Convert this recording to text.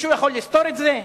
מישהו יכול לסתור את זה?